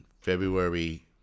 February